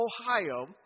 Ohio